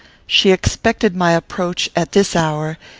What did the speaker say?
she expected my approach at this hour,